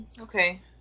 okay